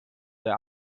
der